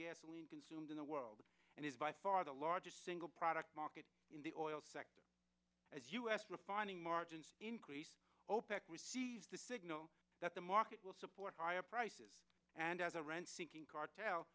gasoline consumed in the world and is by far the largest single product market in the oil sector as u s refining margins increased opec to signal that the market will support higher prices and as a rent seeking cartel